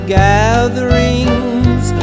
gatherings